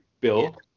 Bill